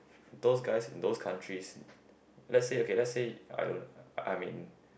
those guys those countries let's say okay let's say I don't I am in